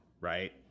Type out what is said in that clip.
right